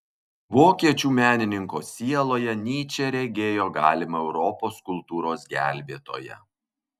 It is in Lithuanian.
vokiečių menininko sieloje nyčė regėjo galimą europos kultūros gelbėtoją